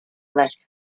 less